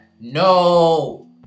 No